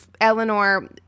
Eleanor